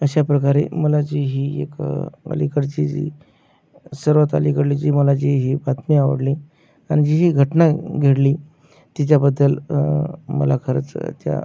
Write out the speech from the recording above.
अशा प्रकारे मला जी ही एकं अलिकडची जी सर्वात अलिकडली जी मला जी ही बातमी आवडली कारन जी जी घटना आहे घडली तिच्याबद्दल मला खरंच त्या